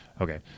Okay